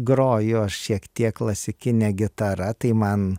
grojo šiek tiek klasikine gitara tai man